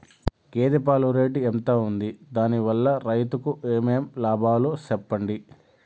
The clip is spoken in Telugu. గేదె పాలు రేటు ఎంత వుంది? దాని వల్ల రైతుకు ఏమేం లాభాలు సెప్పండి?